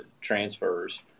transfers